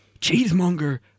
Cheesemonger